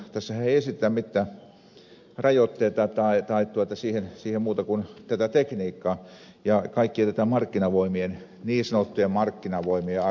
tässähän ei esitetä mitään rajoitteita siihen muuta kuin tätä tekniikkaa ja kaikki jätetään markkinavoimien niin sanottujen markkinavoimien armoille